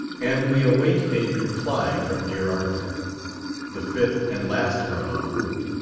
and we await a reply from dear arthur the fifth and last of our little group.